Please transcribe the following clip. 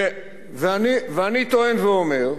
ואני טוען ואומר,